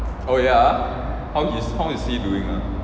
oh ya ah how is how is he doing ah